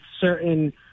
certain